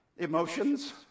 Emotions